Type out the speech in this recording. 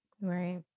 Right